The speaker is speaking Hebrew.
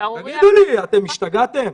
תגידו לי, אתם השתגעתם?